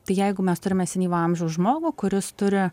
tai jeigu mes turime senyvo amžiaus žmogų kuris turi